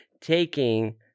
taking